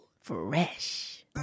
Fresh